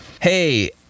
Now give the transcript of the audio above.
hey